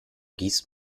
gießt